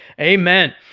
amen